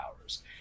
hours